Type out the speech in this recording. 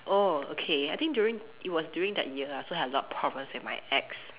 oh okay I think during it was during that year ah so I had a lot of problems with my ex